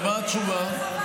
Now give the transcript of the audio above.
מה התשובה?